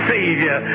Savior